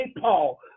paul